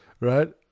Right